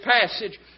passage